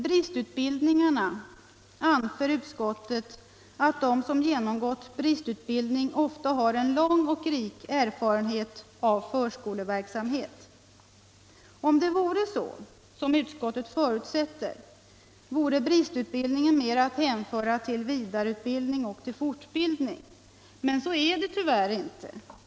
Utskottet anför att de som genomgått bristutbildning ofta har en lång och rik erfarenhet av förskoleverksamhet. Om det vore så som utskottet förutsätter vore bristutbildningen att hänföra mer till vidareutbildning och till fortbildning. Men så är det tyvärr inte.